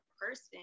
person